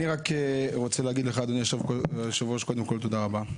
אני רוצה להגיד לך, אדוני היושב-ראש, תודה רבה.